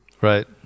Right